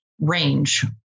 range